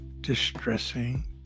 distressing